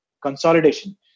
consolidation